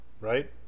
right